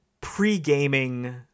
pre-gaming